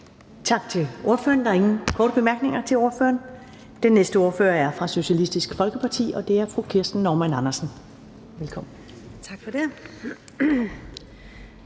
Tak til ordføreren. Der er ingen korte bemærkninger til ordføreren. Den næste ordfører er fra Socialistisk Folkeparti, og det er fru Kirsten Normann Andersen. Velkommen. Kl.